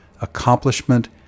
accomplishment